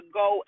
go